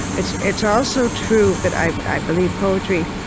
it's it's also true that i i believe poetry